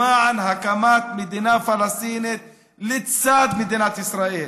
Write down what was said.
למען הקמת מדינה פלסטינית לצד מדינת ישראל.